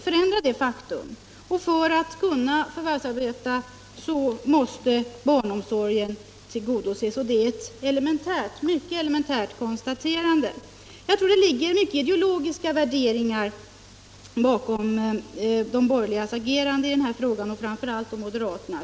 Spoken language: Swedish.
Och för att föräldrarna skall kunna förvärvsarbeta måste barnomsorgen ordnas — det är ett mycket elementärt konstaterande. Jag tror att det ligger mycket av ideologiska värderingar bakom de borgerligas agerande i denna fråga, framför allt moderaternas.